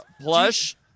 plush